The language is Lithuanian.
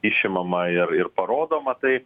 išimama ir ir parodoma tai